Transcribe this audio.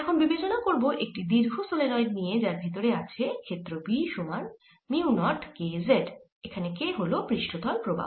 এখন বিবেচনা করব একটি দীর্ঘ সলেনয়েড নিয়ে যার ভেতরে আছে ক্ষেত্র B সমান মিউ 0 k z যেখানে k হল পৃষ্ঠতল প্রবাহ